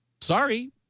sorry